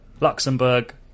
Luxembourg